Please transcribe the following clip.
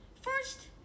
First